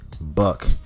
Buck